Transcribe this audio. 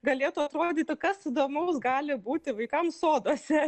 galėtų atrodyti kas įdomaus gali būti vaikams soduose